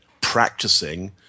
practicing